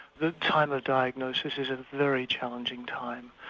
the time of diagnosis is a very challenging time,